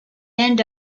end